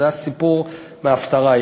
זה היה סיפור מההפטרה,